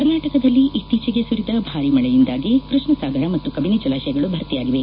ಕರ್ನಾಟಕದಲ್ಲಿ ಇತ್ತೀಚೆಗೆ ಸುರಿದ ಭಾರೀ ಮಳೆಯಿಂದಾಗಿ ಕೃಷ್ಣರಾಜ ಸಾಗರ ಮತ್ತು ಕಬಿನಿ ಜಲಾಶಯಗಳು ಭರ್ತಿಯಾಗಿವೆ